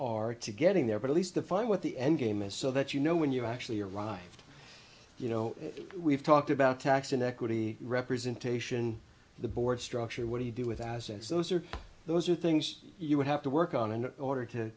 are to getting there but at least to find what the endgame is so that you know when you actually arrived you know we've talked about tax inequity representation the board structure what do you do with assets those are those are things you would have to work on an order to